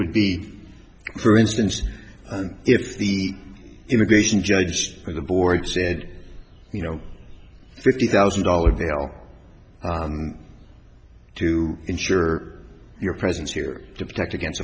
would be for instance if the immigration judge or the board said you know fifty thousand dollars bail to insure your presence here to protect against